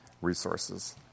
resources